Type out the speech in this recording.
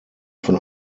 von